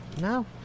No